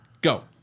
go